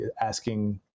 asking